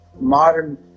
modern